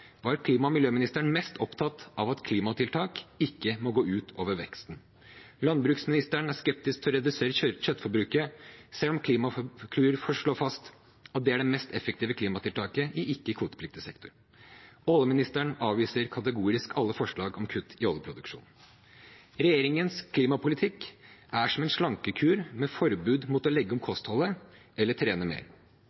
var klima- og miljøministeren mest opptatt av at klimatiltak ikke må gå ut over veksten. Landbruksministeren er skeptisk til å redusere kjøttforbruket, selv om Klimakur slår fast at det er det mest effektive klimatiltaket i ikke-kvotepliktig sektor. Oljeministeren avviser kategorisk alle forslag om kutt i oljeproduksjonen. Regjeringens klimapolitikk er som en slankekur med forbud mot å legge om